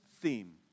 theme